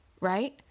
right